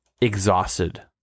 exhausted